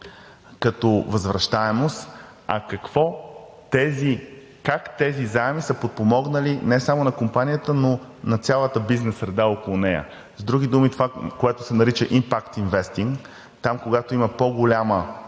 като възвръщаемост, а как тези заеми са подпомогнали не само компанията, но на цялата бизнес среда около нея. С други думи това, което се нарича impact investing, там, когато има по голяма